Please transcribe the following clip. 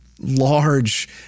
Large